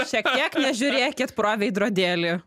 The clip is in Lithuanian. šiek tiek nežiūrėkit pro veidrodėlį